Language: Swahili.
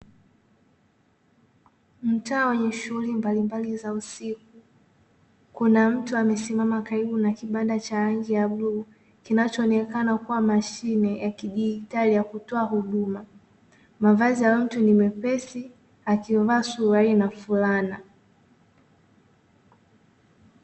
Mtaa wenye shuhuli mbalimbali za usiku. Kuna mtu amesimama karibu na kibanda cha rangi ya bluu, kinachooneka kuwa mashine ya kidigitali ya kutoa huduma. Mavazi ya huyo mtu ni mepesi, akivaa suruali na fulana.